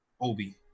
Obi